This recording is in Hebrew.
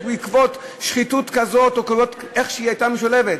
בעקבות שחיתות כזאת או איך שהיא הייתה משולבת?